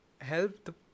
help